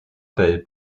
del